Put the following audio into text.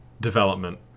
development